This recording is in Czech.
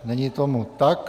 Není tomu tak.